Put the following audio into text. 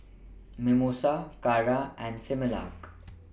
Mimosa Kara and Similac